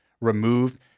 removed